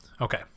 okay